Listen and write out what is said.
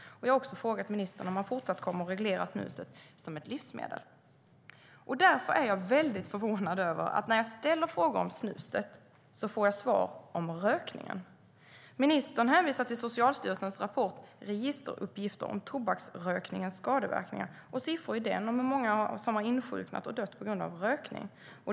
Jag har också frågat ministern om han fortsatt kommer att reglera snuset som ett livsmedel. och siffror i den om hur många som har insjuknat och dött på grund av rökning.